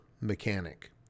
mechanic